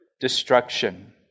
destruction